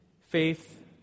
faith